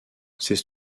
ces